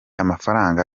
amafaranga